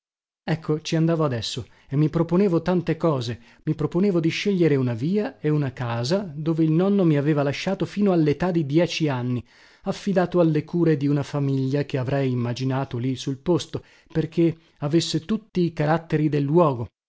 ecco ci andavo adesso e mi proponevo tante cose mi proponevo di scegliere una via e una casa dove il nonno mi aveva lasciato fino alletà di dieci anni affidato alle cure di una famiglia che avrei immaginato lì sul posto perché avesse tutti i caratteri del luogo